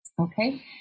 Okay